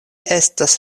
estas